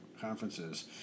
conferences